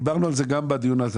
ודיברנו על זה גם בדיון על התקציב.